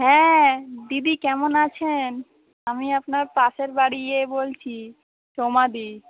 হ্যাঁ দিদি কেমন আছেন আমি আপনার পাশের বাড়ির ইয়ে বলছি সোমাদি